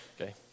okay